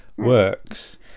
works